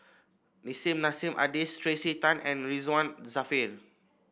Nissim Nassim Adis Tracey Tan and Ridzwan Dzafir